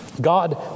God